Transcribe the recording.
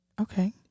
Okay